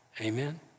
Amen